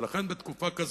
ולכן, בתקופה כזו,